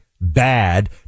bad